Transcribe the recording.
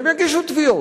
והם יגישו תביעות.